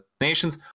nations